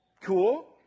Cool